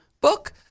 book